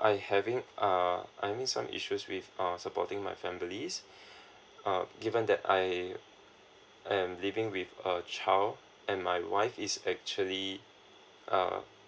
I having uh I means some issues with err supporting my family's uh given that I I'm living with a child and my wife is actually uh